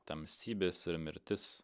tamsybės ir mirtis